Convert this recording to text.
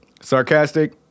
sarcastic